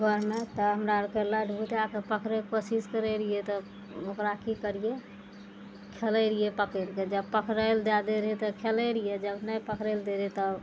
घरमे तऽ हमरा आरके लाइट बुतैके पकड़ैके कोशिश करै रहियै तऽ ओकरा की करियै खेलै रहियै पकैड़िके जब पकड़ैले दै दय रहै तऽ खेलै रहियै जब नहि पकड़ैल दै रहै तब